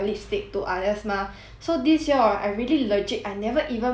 so this year hor I really legit I never even buy any lipstick at all eh